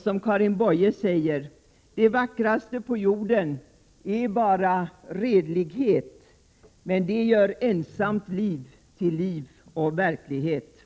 Som Karin Boye säger: ”Det vackraste på jorden är bara redlighet — men den gör ensamt liv till liv och verklighet.”